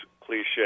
cliche